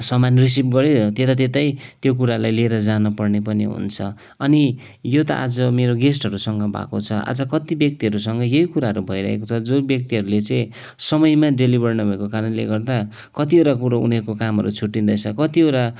सामान रिसिभ गऱ्यो त्यता त्यतै त्यो कुरालाई लिएर जान पर्ने पनि हुन्छ अनि यो त आज मेरो गेस्टहरूसँग भएको छ आज कति व्यक्तिहरूसँग यह कुराहरू भइरहेको छ जुन व्यक्तिहरूले चाहिँ समयमा डेलिभर नभएको कारणले गर्दा कतिवटा कुरो उनीहरूको कामहरू छुट्टिँदैछ कतिवटा